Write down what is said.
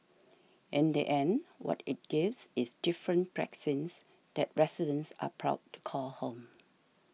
in the end what it gives is different precincts that residents are proud to call home